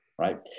Right